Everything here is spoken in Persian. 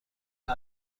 این